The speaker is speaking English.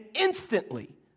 instantly